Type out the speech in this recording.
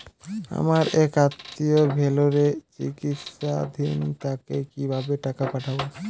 আমার এক আত্মীয় ভেলোরে চিকিৎসাধীন তাকে কি ভাবে টাকা পাঠাবো?